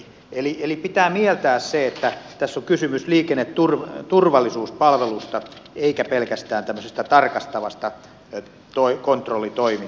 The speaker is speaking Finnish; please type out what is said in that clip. eli pitää mieltää se että tässä on kysymys liikenneturvallisuuspalvelusta eikä pelkästään tämmöisestä tarkastavasta kontrollitoiminnasta